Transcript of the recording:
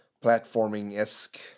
platforming-esque